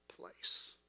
place